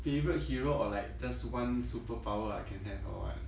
favourite hero or like just one superpower I can have or what